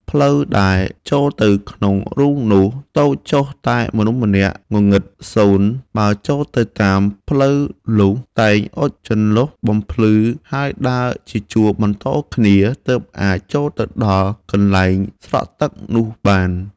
ផ្លូវ ដែលចូលទៅក្នុងរូងនោះតូចចុះតែមនុស្សម្នាក់ងងឹតសូន្យ, បើចូលទៅតាមផ្លូវលុះតែអុជចន្លុះបំភ្លឺ ហើយដើរ ជាជួរបន្តគ្នា ទើបអាចចូលទៅដល់កន្លែងស្រក់ទឹកនោះបាន ។